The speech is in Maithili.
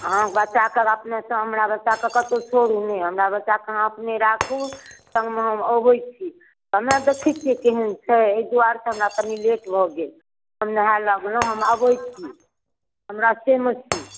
हँ बच्चाके अपने सामने राखू हमरा बच्चाके कतहु छोड़ू नहि हमरा बच्चाके अहाँ अपने राखू सङ्गमे हम अबै छी समय देखै छिए केहन छै एहि दुआरे तऽ हमरा कनि लेट भऽ गेल हम नहाइ लगलहुँ हम अबै छी हम रस्तेमे छी